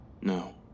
No